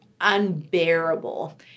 unbearable